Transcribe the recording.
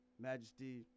Majesty